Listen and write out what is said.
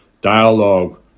dialogue